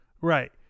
Right